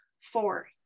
Four